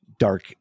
dark